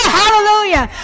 hallelujah